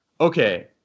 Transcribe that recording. Okay